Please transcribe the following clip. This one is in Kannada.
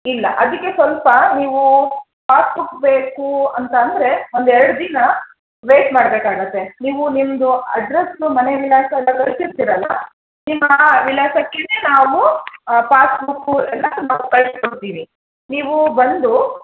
ಇಲ್ಲ ಅದಕ್ಕೆ ಸ್ವಲ್ಪ ನೀವು ಪಾಸ್ಬುಕ್ ಬೇಕು ಅಂತ ಅಂದರೆ ಒಂದು ಎರಡು ದಿನ ವೆಯ್ಟ್ ಮಾಡಬೇಕಾಗತ್ತೆ ನೀವು ನಿಮ್ಮದು ಅಡ್ರಸನ್ನು ಮನೆ ವಿಳಾಸ ಎಲ್ಲ ಬರೆದಿರ್ತಿರಲ್ಲ ನಿಮ್ಮ ವಿಳಾಸಕ್ಕೇನೆ ನಾವು ಪಾಸ್ಬುಕ್ಕು ಎಲ್ಲ ನಾವು ಕಳ್ಸಿ ಕೊಡ್ತೀವಿ ನೀವು ಬಂದು